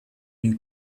new